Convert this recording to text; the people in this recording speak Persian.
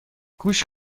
گوش